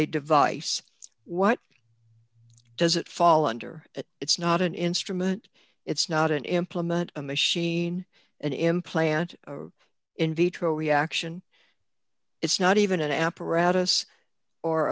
a device what does it fall under that it's not an instrument it's not an implement a machine an implant in vitro reaction it's not even an apparatus or